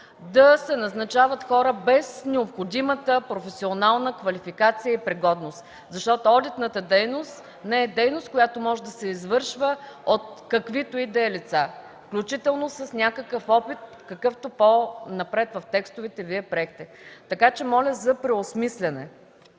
да се назначават хора без необходимата професионална квалификация и пригодност. Защото одитната дейност не е дейност, която може да се извършва от каквито и да е лица, включително с някакъв опит, какъвто Вие приехте в по-предните текстове. Моля за преосмисляне.